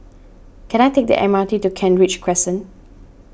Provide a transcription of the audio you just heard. can I take the M R T to Kent Ridge Crescent